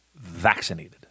vaccinated